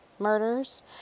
Murders